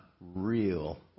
real